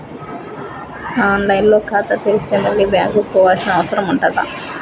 On line లో ఖాతా తెరిస్తే మళ్ళీ బ్యాంకుకు పోవాల్సిన అవసరం ఉంటుందా?